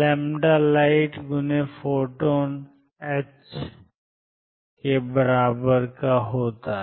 lightpphoton∼h करता है